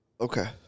Okay